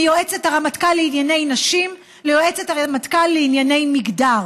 מיועצת הרמטכ"ל לענייני נשים ליועצת הרמטכ"ל לענייני מגדר,